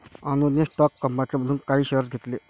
अनुजने स्टॉक मार्केटमधून कंपनीचे काही शेअर्स घेतले